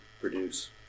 produce